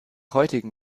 heutigen